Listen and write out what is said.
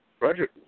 Roger